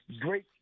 great